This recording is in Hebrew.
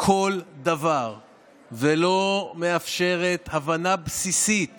כל דבר ולא מאפשרת הבנה בסיסית